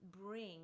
bring